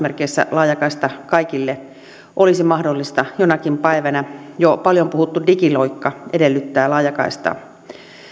laajakaista kaikille olisi mahdollista jonakin päivänä jo paljon puhuttu digiloikka edellyttää laajakaistaa